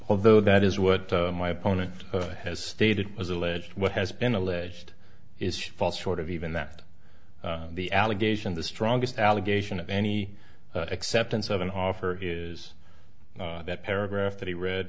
although that is what my opponent has stated it was alleged what has been alleged is false short of even that the allegation the strongest allegation of any acceptance of an offer is that paragraph that he read